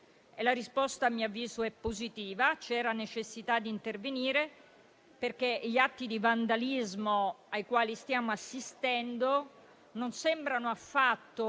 La risposta, a mio avviso, è positiva; c'era necessità di intervenire perché gli atti di vandalismo ai quali stiamo assistendo non sembrano affatto